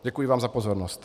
Děkuji vám za pozornost.